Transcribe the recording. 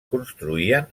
construïen